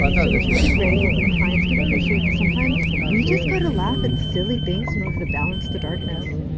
so it's really great when clients can appreciate that sometimes we just got to laugh at silly things in order to balance the darkness.